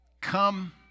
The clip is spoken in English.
come